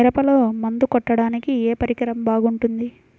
మిరపలో మందు కొట్టాడానికి ఏ పరికరం బాగుంటుంది?